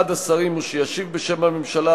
אחד השרים הוא שישיב בשם הממשלה,